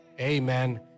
amen